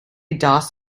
doss